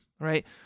right